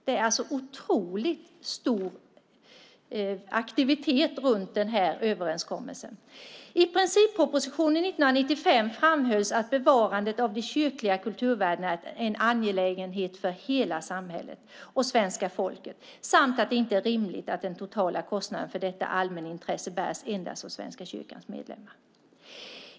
Det har alltså varit otroligt stor aktivitet runt den här överenskommelsen. I princippropositionen 1995 framhölls att bevarandet av de kyrkliga kulturvärdena är en angelägenhet för hela samhället och svenska folket samt att det inte är rimligt att den totala kostnaden för detta allmänintresse bärs endast av Svenska kyrkans medlemmar.